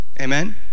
Amen